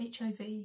HIV